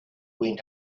went